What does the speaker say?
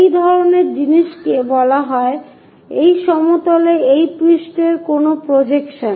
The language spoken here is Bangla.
এই ধরণের জিনিসকে বলা হয় এই সমতলে এই পৃষ্ঠের কোন প্রজেকশন